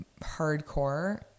hardcore